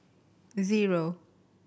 zero